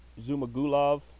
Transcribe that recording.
Zumagulov